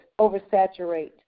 oversaturate